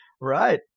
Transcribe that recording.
Right